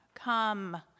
Come